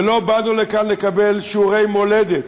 ולא באנו לכאן לקבל שיעורי מולדת.